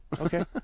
okay